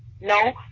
No